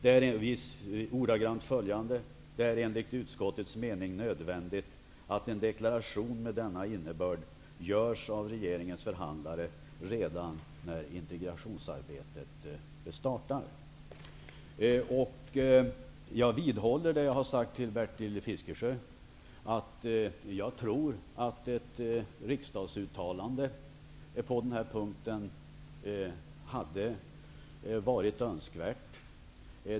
Den lyder som följer: ''Det är enligt utskottets mening nödvändigt att en deklaration med denna innebörd görs av regeringens förhandlare redan när integrationsarbetet startar.'' Jag vidhåller det jag har sagt till Bertil Fiskesjö om att jag tror att ett riksdagsuttalande på denna punkt hade varit önskvärt.